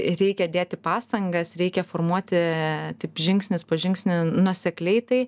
reikia dėti pastangas reikia formuoti taip žingsnis po žingsnio nuosekliai tai